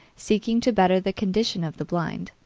seeking to better the condition of the blind.